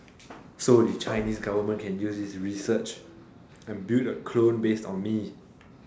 so the chinese government can use this research and build a clone based on me